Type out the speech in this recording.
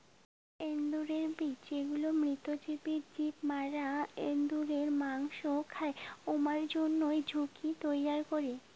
এন্দুরের বিষ যেগুলা মৃতভোজী জীব মরা এন্দুর মসং খায়, উমার জইন্যে ঝুঁকি তৈয়ার করাং